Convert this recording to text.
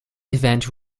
event